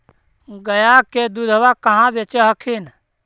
गया के दूधबा कहाँ बेच हखिन?